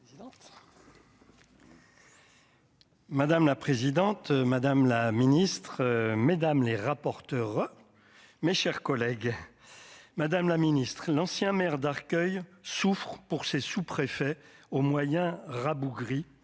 Madame la présidente, madame la ministre, mesdames les rapporteures mes chers collègues, Madame la Ministre, l'ancien maire d'Arcueil souffrent pour ses sous-préfet au moyen rabougrie